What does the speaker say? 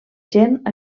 gent